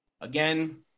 Again